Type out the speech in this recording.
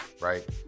Right